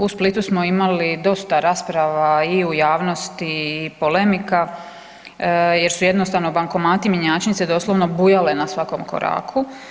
U Splitu smo imali dosta rasprava i u javnosti i polemika jer su jednostavno bankomati i mjenjačnice doslovno bujale na svakom koraku.